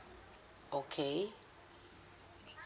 okay